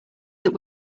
that